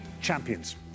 champions